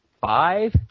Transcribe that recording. five